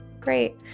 great